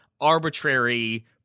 arbitrary